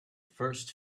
first